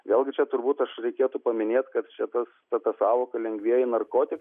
vėlgi čia turbūt aš reikėtų paminėt kad čia tas ta sąvoka lengvieji narkotikai